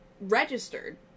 registered